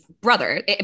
brother